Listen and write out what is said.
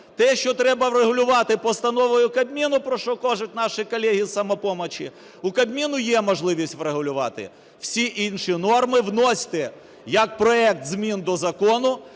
Те, що треба врегулювати постановою Кабміну, про що кажуть наші колеги із "Самопомочі", у Кабміну є можливість врегулювати. Всі інші норми вносьте як проект змін до закону,